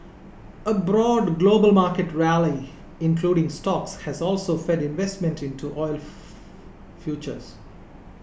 a broad global market rally including stocks has also fed investment into oil futures